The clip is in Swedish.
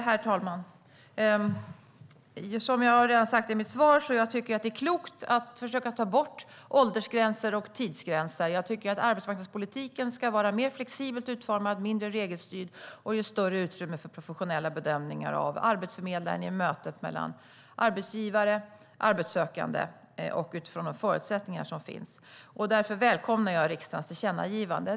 Herr talman! Som jag redan sagt i mitt svar är det klokt att försöka ta bort åldersgränser och tidsgränser. Jag tycker att arbetsmarknadspolitiken ska vara mer flexibelt utformad, mindre regelstyrd och ge större utrymme för professionella bedömningar av arbetsförmedlaren i mötet mellan arbetsgivare och arbetssökande utifrån de förutsättningar som finns. Därför välkomnar jag riksdagens tillkännagivande.